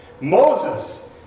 Moses